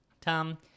Tom